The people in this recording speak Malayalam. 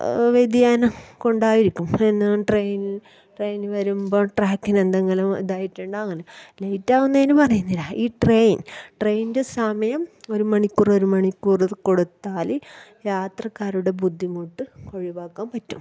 വ്യതിയാനം കൊണ്ടായിരിക്കും പിന്നെ ട്രെയിൻ ട്രെയിനിൽ വരുമ്പോൾ ട്രാക്കിനെന്തെങ്കിലും ഇതായിട്ടുണ്ടോ അങ്ങനെ ലേറ്റാകുന്നതിന് പറയുന്നില്ല ഈ ട്രെയിൻ ട്രെയിൻ്റെ സമയം ഒരു മണിക്കൂറ് ഒരു മണിക്കൂറ് കൊടുത്താല് യാത്രക്കാരുടെ ബുദ്ധിമുട്ട് ഒഴിവാക്കാൻ പറ്റും